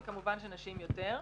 אבל כמובן שנשים יותר.